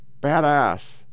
badass